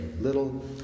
little